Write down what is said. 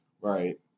Right